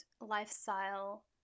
lifestyle